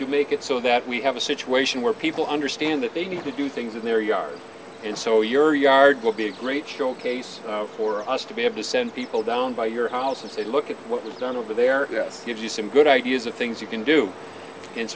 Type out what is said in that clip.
to make it so that we have a situation where people understand that they need to do things in their yard and so your yard will be a great showcase for us to be have to send people down by your house and say look at what we've done over there this gives you some good ideas of things you can do and